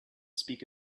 speak